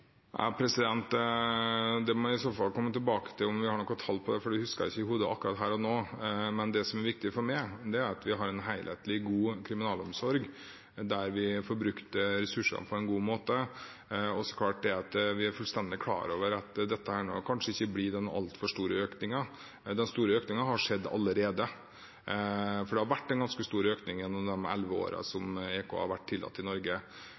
det, må jeg i så fall komme tilbake til, for det husker jeg ikke i hodet akkurat her og nå. Det som er viktig for meg, er at vi har en helhetlig, god kriminalomsorg der vi får brukt ressursene på en god måte. Vi er fullstendig klar over at det kanskje ikke blir den altfor store økningen. Den store økningen har skjedd allerede, for det har vært en ganske stor økning gjennom de elleve årene EK har vært tillatt i Norge.